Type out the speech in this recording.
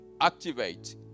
activate